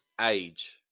age